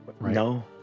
No